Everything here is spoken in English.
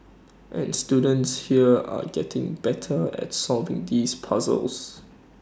and students here are getting better at solving these puzzles